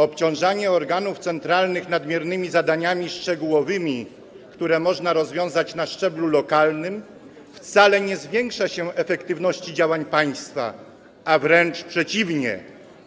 Obciążanie organów centralnych nadmiernymi zadaniami szczegółowymi, które można rozwiązać na szczeblu lokalnym, wcale nie zwiększa efektywności działań państwa, a wręcz przeciwnie,